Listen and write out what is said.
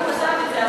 למה הוא כתב את זה.